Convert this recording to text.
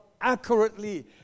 accurately